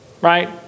right